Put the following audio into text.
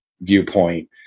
viewpoint